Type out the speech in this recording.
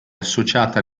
associata